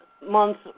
months